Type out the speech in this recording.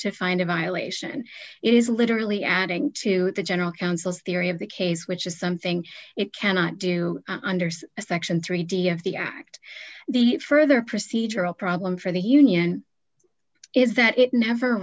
to find a violation is literally adding to the general counsel's theory of the case which is something it cannot do understand a section three d of the act the further procedural problem for the union d is that it never